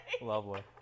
Lovely